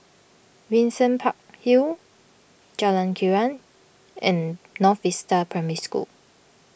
Windsor Park Hill Jalan Krian and North Vista Primary School